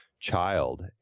Child